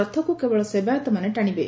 ରଥକୁ କେବଳ ସେବାୟତମାନେ ଟାଣିବେ